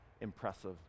impressive